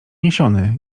niesiony